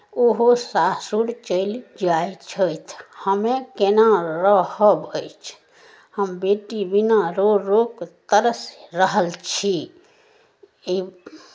ओहो सासुर चलि जाइ छथि हमे केना रहब अछि हम बेटी बिना रो रो कऽ तरसि रहल छी ई